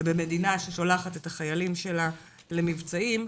ומדינה ששולחת את החיילים שלה למבצעים,